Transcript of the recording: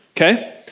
Okay